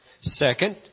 Second